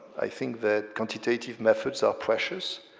i think that quantitative methods are precious.